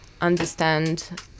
understand